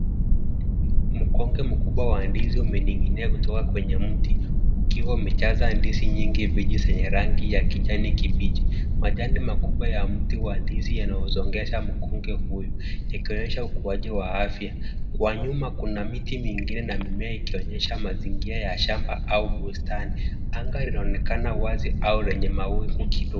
Mkonge mkubwa wa ndizi umening'inia kutoka kwenye mti, ukiwa umejaza ndizi nyingi mbichi zenye rangi ya kijani kibichi. Majani makubwa ya mti wa ndizi yanausongesha mkonge huo, ikionyesha ukuaji wa afya. Kwa nyuma kuna miti mingine na mimea ikionyesha mazingira ya shamba au bustani. Anga linaonekana wazi au lenye mawingu kidogo.